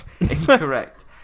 Incorrect